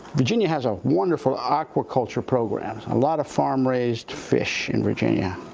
virginia has a wonderful aquaculture program. a lot of farm-raised fish in virginia.